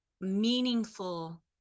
meaningful